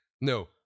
no